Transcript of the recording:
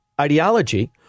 ideology